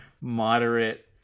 moderate